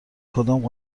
کدام